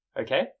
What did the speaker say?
Okay